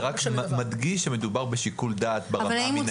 זה רק מדגיש שמדובר בשיקול דעת ברמה המנהלית.